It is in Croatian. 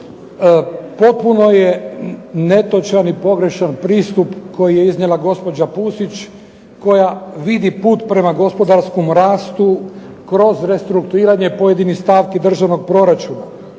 Potpuno je netočan i pogrešan pristup koji je iznijela gospođa Pusić koja vidi put prema gospodarskom rastu kroz restrukturiranje pojedinih stavki državnog proračuna.